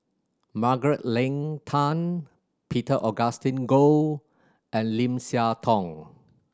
Margaret Leng Tan Peter Augustine Goh and Lim Siah Tong